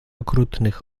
okrutnych